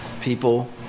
people